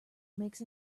makes